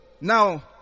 now